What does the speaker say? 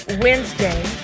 Wednesday